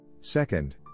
Second